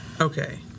Okay